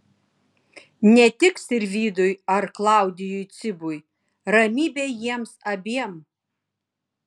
ne tik sirvydui ar klaudijui cibui ramybė jiems abiem